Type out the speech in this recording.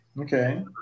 okay